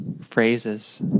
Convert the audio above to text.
phrases